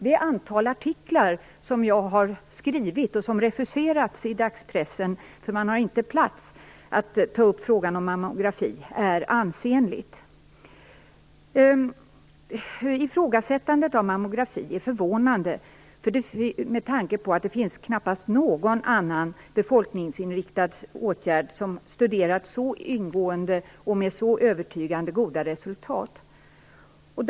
Det antal artiklar som jag har skrivit, och som har refuserats i dagspressen för att man inte har plats att ta upp frågan om mammografi, är ansenligt. Ifrågasättandet av mammografi är förvånande. Det finns knappast någon annan befolkningsinriktad åtgärd som studerats så ingående som mammografi, och resultaten har varit övertygande goda.